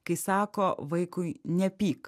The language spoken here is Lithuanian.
kai sako vaikui nepyk